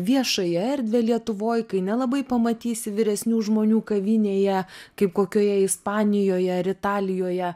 viešąją erdvę lietuvoj kai nelabai pamatysi vyresnių žmonių kavinėje kaip kokioje ispanijoje ar italijoje